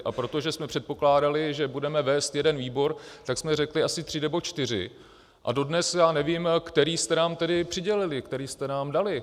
A protože jsme předpokládali, že budeme vést jeden výbor, tak jsme řekli asi tři nebo čtyři, a dodnes já nevím, který jste nám tedy přidělili, který jste nám dali.